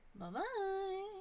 Bye-bye